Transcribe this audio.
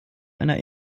einer